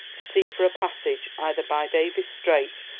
to seek for a passage, either by davis' strait,